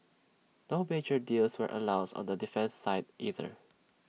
no major deals were announced on the defence side either